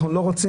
אנחנו לא רוצים,